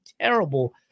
terrible